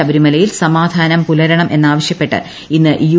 ശബരിമലയിൽ സമാധാനം പുലർണം എന്നാവശ്യപ്പെട്ട് ഇന്ന് യു